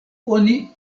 oni